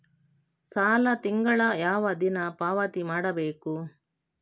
ಸಾಲ ತಿಂಗಳ ಯಾವ ದಿನ ಪಾವತಿ ಮಾಡಬೇಕು?